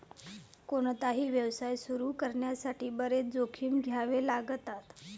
कोणताही व्यवसाय सुरू करण्यासाठी बरेच जोखीम घ्यावे लागतात